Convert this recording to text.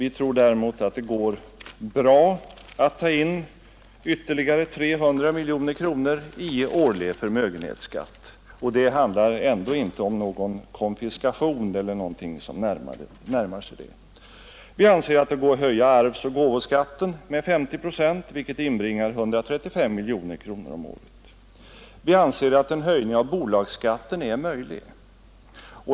Vi tror däremot att det går bra att ta in ytterligare 300 miljoner kronor i årlig förmögenhetsskatt, och det handlar ändå inte om konfiskation eller någonting som närmar sig detta. Vi anser att det går att höja arvoch gåvoskatten med 50 procent, vilket inbringar 135 miljoner kronor om året. Vi anser att en höjning av bolagsskatten är möjlig.